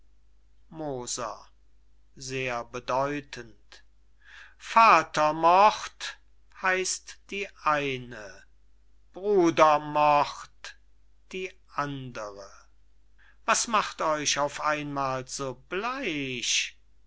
bedeutend vatermord heißt die eine brudermord die andere was macht euch auf einmal so bleich